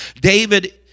David